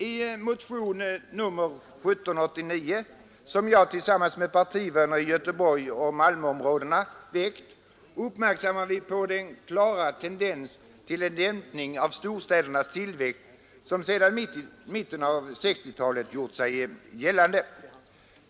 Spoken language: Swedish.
I motion 1789, som jag väckt tillsammans med partivänner i Göteborgsoch Malmöområdena, fäster vi uppmärksamheten på den klara tendens till dämpning av storstädernas tillväxt som sedan mitten av 1960-talet gjort sig gällande.